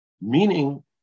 Meaning